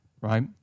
right